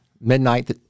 midnight